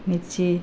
ಮಿರ್ಚಿ